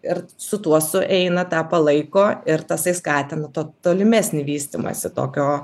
ir su tuo sueina tą palaiko ir tasai skatina tolimesnį vystymąsi tokio